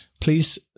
please